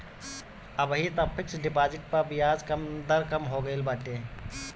अबही तअ fix deposit पअ बियाज दर कम हो गईल बाटे